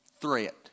threat